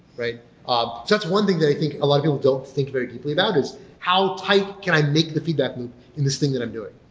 um that's one thing that i think a lot of people don't think very deeply about is how tight can i make the feedback loop in this thing that i'm doing?